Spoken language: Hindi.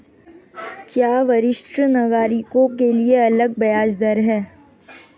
क्या वरिष्ठ नागरिकों के लिए अलग ब्याज दर है?